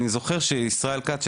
אני זוכר שישראל כץ,